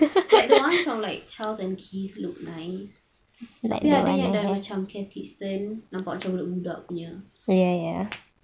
like the ones from like charles and keith look nice like macam cath kidston nampak macam budak-budak punya